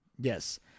Yes